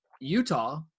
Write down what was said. Utah